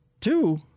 two